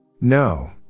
No